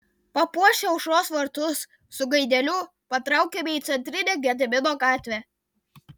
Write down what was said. papuošę aušros vartus su gaideliu patraukėme į centrinę gedimino gatvę